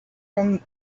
from